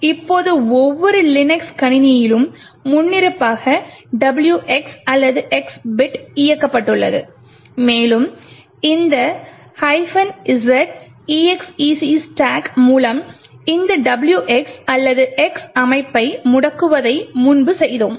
இப்போது ஒவ்வொரு லினக்ஸ் கணினியிலும் முன்னிருப்பாக WX அல்லது X பிட் இயக்கப்பட்டுள்ளது மேலும் இந்த z execstack மூலம் இந்த WX அல்லது X அமைப்பை முடக்குவதை முன்பு செய்தோம்